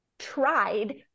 tried